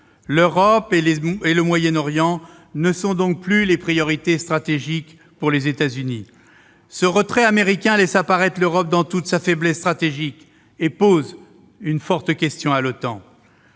l'Europe et le Moyen-Orient ne sont plus des priorités stratégiques pour les États-Unis. Ce retrait américain laisse apparaître l'Europe dans toute sa faiblesse stratégique et pose une forte question à l'OTAN.